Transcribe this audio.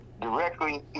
directly